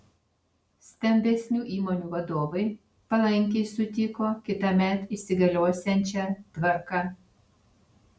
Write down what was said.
stambesnių įmonių vadovai palankiai sutiko kitąmet įsigaliosiančią tvarką